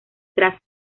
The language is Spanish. tras